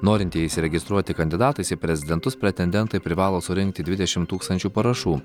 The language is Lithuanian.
norintieji įsiregistruoti kandidatais į prezidentus pretendentai privalo surinkti dvidešimt tūkstančių parašų